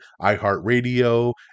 iHeartRadio